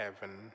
heaven